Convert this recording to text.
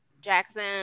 Jackson